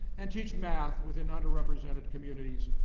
and teach math within under-represented communities,